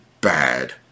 bad